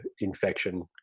infection